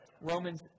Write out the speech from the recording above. Romans